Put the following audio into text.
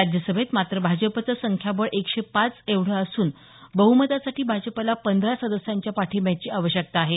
राज्यसभेत मात्र भाजपचं संख्याबळ एकशे पाच एवढं असून बहमतासाठी भाजपला पंधरा सदस्यांच्या पाठिंब्याची आवश्यकता आहे